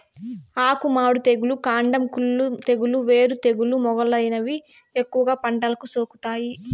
ఆకు మాడు తెగులు, కాండం కుళ్ళు తెగులు, వేరు తెగులు మొదలైనవి ఎక్కువగా పంటలకు సోకుతాయి